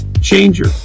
changer